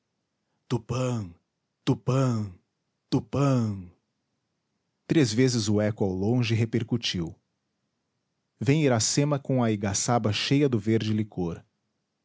tupã tupã tupã três vezes o eco ao longe repercutiu vem iracema com a igaçaba cheia do verde licor